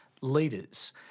leaders